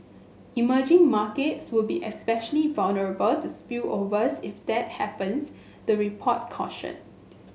emerging markets would be especially vulnerable to spillovers if that happens the report cautioned